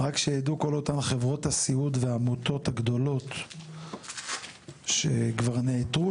רק שיידעו כל אותן חברות הסיעוד והעמותות הגדולות שכבר נעתרו